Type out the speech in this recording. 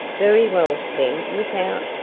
very well, then, look out.